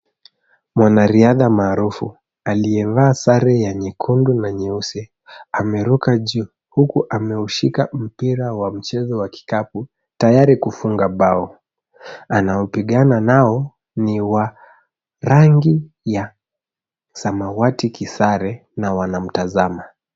Mwanariadha maarufu, aliyeng'aa sare ya nyekundu na nyeusi, ameruka juu, huku ameushika mprira wa mchezo wa kikapu, tayari kufunga mbao. Anaopigana nao ni wa rangi ya samawati kisare, na wanamtazama.